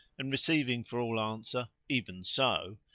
and, receiving for all answer, even so,